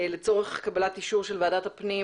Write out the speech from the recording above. לצורך קבלת אישור של ועדת הפנים